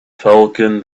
falcon